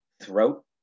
throat